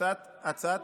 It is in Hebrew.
חברת